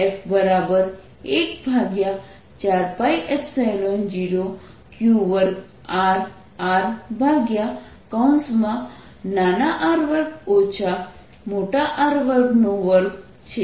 તેથી આ force F14π0q2Rrr2 R22 છે